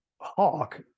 hawk